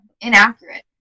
inaccurate